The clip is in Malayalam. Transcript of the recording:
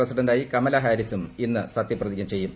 പ്രസിഡന്റായി കമല ഹാരിസും ഇന്ന് സത്യപ്രതിജ്ഞ ചെയ്യും